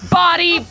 body